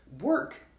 work